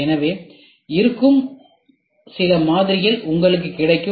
ஏற்கனவே இருக்கும் சில மாதிரிகள் உங்களுக்குக் கிடைக்கும்